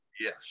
Yes